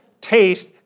taste